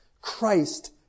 Christ